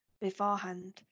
beforehand